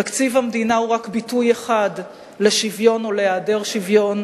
תקציב המדינה הוא רק ביטוי אחד לשוויון או להיעדר שוויון.